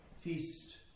feast